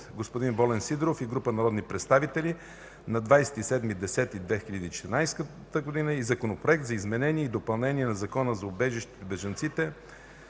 от Волен Николов Сидеров и група народни представители на 27.10.2014 г., и Законопроект за изменение и допълнение на Закона за убежището и бежанците,